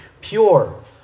pure